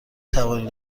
توانید